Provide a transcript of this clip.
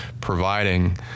providing